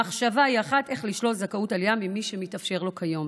המחשבה היא אחת: איך לשלול זכאות עלייה ממי שמתאפשר לו כיום,